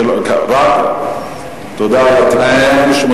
תודה על התיקון.